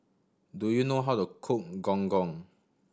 do you know how to cook Gong Gong